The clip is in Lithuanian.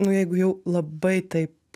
nu jeigu jau labai taip